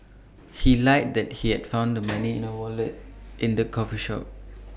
he lied that he had found the money in A wallet in the coffee shop